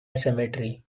cemetery